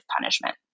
punishment